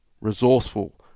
Resourceful